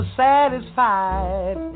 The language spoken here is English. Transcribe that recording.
satisfied